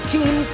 Team